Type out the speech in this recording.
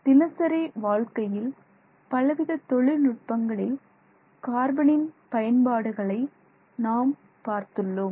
தினசரி வாழ்க்கையில் பலவித தொழில்நுட்பங்களில் கார்பனின் பயன்பாடுகளை நாம் பார்த்துள்ளோம்